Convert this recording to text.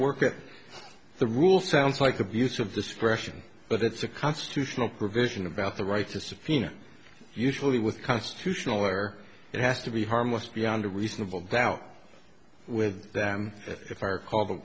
work at the rule sounds like abuse of discretion but it's a constitutional provision about the right to subpoena usually with constitutional lawyer it has to be harmless beyond a reasonable doubt with that if i recall the